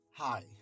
Hi